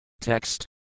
Text